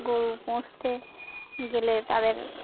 গরু পৌঁছতে গেলে তাদের